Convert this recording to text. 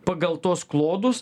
pagal tuos klodus